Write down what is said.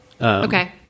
Okay